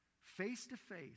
face-to-face